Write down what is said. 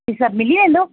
इहे सभु मिली वेंदो